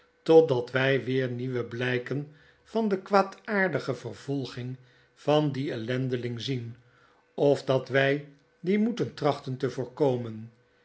totdat wy weer nieuwe blyken van de kwaadaardige vervolging van dien ellendeling zien of dat wij die moeten trachten te voorkomen